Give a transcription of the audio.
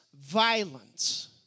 violence